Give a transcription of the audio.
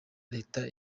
leta